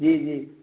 جی جی